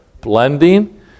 Blending